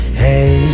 hey